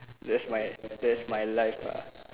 that's my that's my life ah